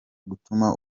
gutuma